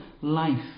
life